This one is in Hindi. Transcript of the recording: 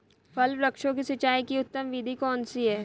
फल वृक्षों की सिंचाई की उत्तम विधि कौन सी है?